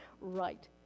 right